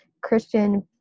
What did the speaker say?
Christian